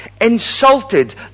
insulted